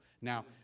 Now